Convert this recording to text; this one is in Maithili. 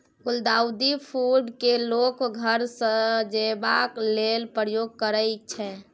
गुलदाउदी फुल केँ लोक घर सजेबा लेल प्रयोग करय छै